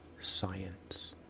science